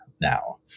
now